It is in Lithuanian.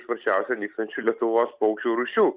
sparčiausiai nykstančių lietuvos paukščių rūšių